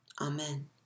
Amen